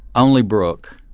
only brooke.